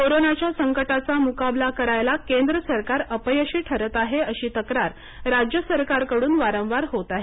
कोरोनाच्या संकटाचा मुकाबला करायला केंद्र सरकार अपयशी ठरत आहे अशी तक्रार राज्यसरकारकडून वारवार होत आहे